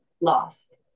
lost